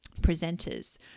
presenters